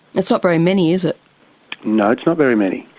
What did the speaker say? it's not very many is it? no, it's not very many.